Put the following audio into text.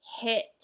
hit